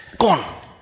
gone